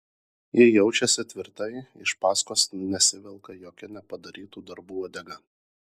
ji jaučiasi tvirtai iš paskos nesivelka jokia nepadarytų darbų uodega